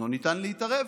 לא ניתן להתערב.